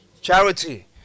charity